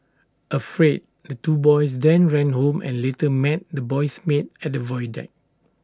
afraid the two boys then ran home and later met the boy's maid at the void deck